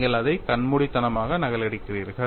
நீங்கள் அதை கண்மூடித்தனமாக நகலெடுக்கிறீர்கள்